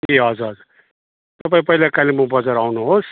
ए हजुर हजुर तपाईँ पहिला कालिम्पोङ बजार आउनुहोस्